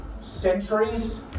centuries